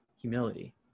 humility